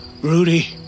Rudy